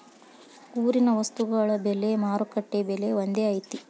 ಊರಿನ ವಸ್ತುಗಳ ಬೆಲೆ ಮಾರುಕಟ್ಟೆ ಬೆಲೆ ಒಂದ್ ಐತಿ?